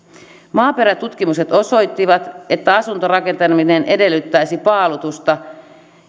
maaperätutkimukset osoittivat että asuntorakentaminen edellyttäisi paalutusta